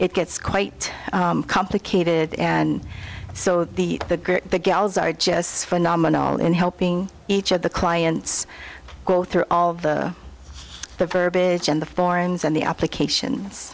it gets quite complicated and so the the the gals are just phenomenal in helping each of the clients go through all of the the verbiage and the forums and the applications